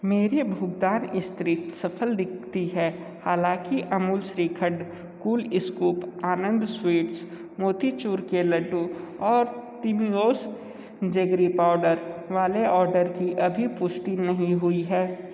मेरी भुगतान हिस्ट्री सफ़ल दिखती है हालाँकि Amul shrikhand cool scoop Anand Sweets motichoor के लड्डू और तिमओस जेगरी पाउडर वाले आर्डर की अभी पुष्टि नहीं हुई है